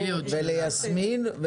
וליסמין,